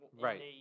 Right